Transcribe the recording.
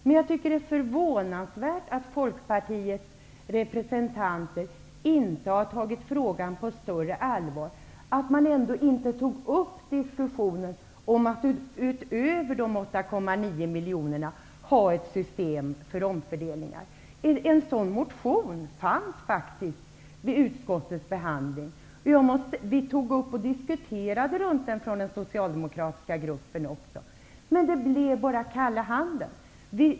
Men jag tycker att det är förvånansvärt att Folkpartiets representanter inte har tagit frågan på större allvar, dvs. att de inte har tagit upp till diskussion att utöver de 8,9 miljoner kronorna ha ett system för omfördelning. En motion i denna fråga fanns med vid utskottets behandling. Vi i den socialdemokratiska gruppen tog upp en motion till diskussion. Men det blev bara kalla handen.